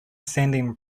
standing